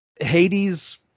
Hades